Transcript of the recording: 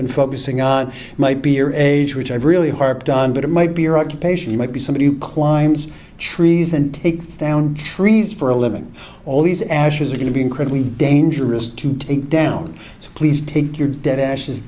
been focusing on might be your age which i've really harped on but it might be your occupation might be somebody who climbs trees and takes down trees for a living all these ashes are going to be incredibly dangerous to take down so please take your dead ashes